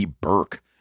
Burke